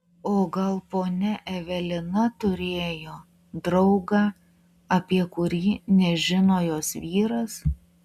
o gal ponia evelina turėjo draugą apie kurį nežino jos vyras